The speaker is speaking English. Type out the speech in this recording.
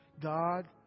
God